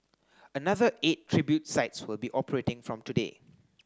another eight tribute sites will be operating from today